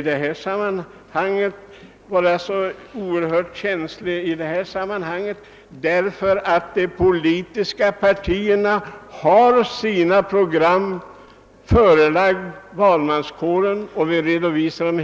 detta sammanhang vara så oerhört känslig? De politiska partierna förelägger valmanskåren sina program.